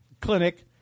clinic